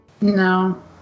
No